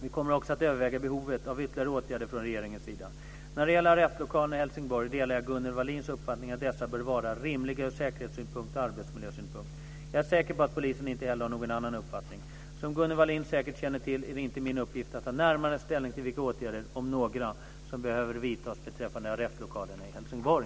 Vi kommer också att överväga behovet av ytterligare åtgärder från regeringens sida. När det gäller arrestlokalerna i Helsingborg delar jag Gunnel Wallins uppfattning att dessa bör vara "rimliga ur säkerhetssynpunkt och arbetsmiljösynpunkt". Jag är säker på att polisen inte heller har någon annan uppfattning. Som Gunnel Wallin säkert känner till är det inte min uppgift att ta närmare ställning till vilka åtgärder - om några - som behöver vidtas beträffande arrestlokalerna i Helsingborg.